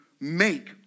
make